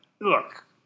look